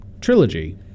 trilogy